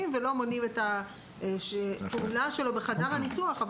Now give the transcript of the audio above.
ולא מונעים את הפעולה שלו בחדר הניתוח,